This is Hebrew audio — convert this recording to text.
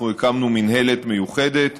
אנחנו הקמנו מינהלת מיוחדת,